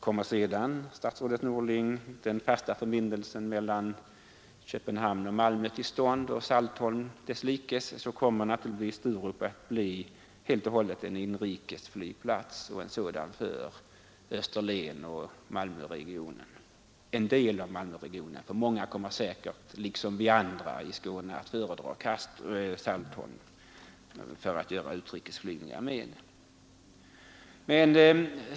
Kommer sedan, statsrådet Norling, den fasta förbindelsen mellan Köpenhamn och Malmö till stånd och även flygplatsen på Saltholm, blir Sturup naturligtvis helt och hållet en inrikes flygplats för Österlen och en del av Malmöregionen. Många kommer säkerligen liksom vi andra i Skåne att föredra Saltholm för utrikesflygningar.